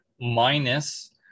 minus